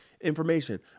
information